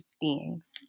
beings